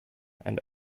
and